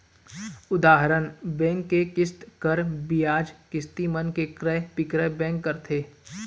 उदाहरन, बीमा के किस्त, कर, बियाज, किस्ती मन के क्रय बिक्रय बेंक करथे